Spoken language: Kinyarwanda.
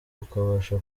ukabasha